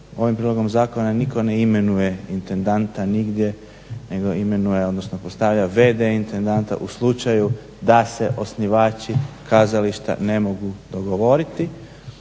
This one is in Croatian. ovim prijedlogom zakona nitko ne imenuje intendanta nigdje, nego imenuje, odnosno postavlja v.d. intendanta u slučaju da se osnivači kazališta ne mogu dogovoriti.